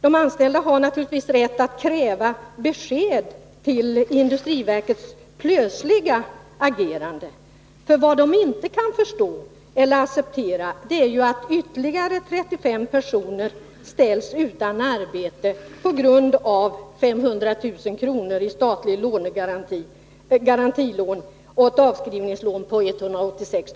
De anställda har naturligtvis rätt att kräva besked beträffande industriverkets plötsliga agerande. Vad de inte kan förstå och inte heller kan acceptera är att ytterligare 35 personer ställs utan arbete på grund av att företaget hade 500 000 kr. i garantilån och 186 000 kr. i avskrivningslån.